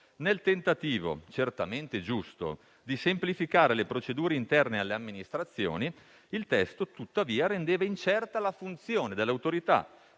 Nel tentativo, certamente giusto, di semplificare le procedure interne alle amministrazioni, il testo, tuttavia, rendeva incerta la funzione dell'Autorità